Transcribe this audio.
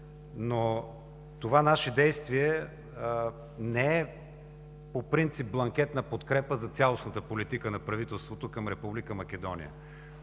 Това наше действие не е по принцип бланкетна подкрепа за цялостната политика за правителството към Република Македония.